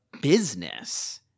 business